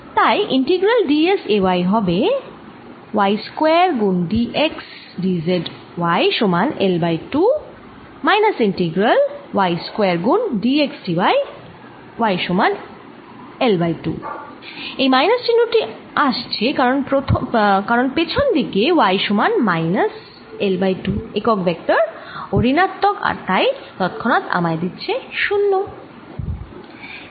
তাই integral d s A y হবে y square গুণ d x d z y সমান L by 2 minus integral y square গুণ d x d z y সমান minus L by 2 এই minus চিহ্ন টি আসছে কারণ প্রছন দিকে y সমান মাইনাস L বাই 2 একক ভক্টর ও ঋণাত্মক আর তাই তৎক্ষণাৎ আমায় দিচ্ছে 0